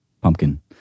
Pumpkin